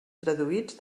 traduïts